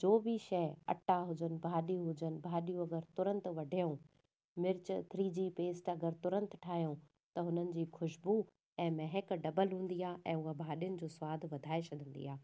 जो बि शइ अटा हुजनि भाॼी हुजनि भाॼियूं अगरि तुरंत वढियऊं मिर्च थ्री जी पेस्ट अगरि तुरंत ठाहियूं त हुननि जी ख़ुशबू ऐं महक डबल हूंदी आहे ऐं उहा भाॼियुनि जो सवादु वधाए छॾींदा आहे